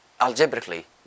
algebraically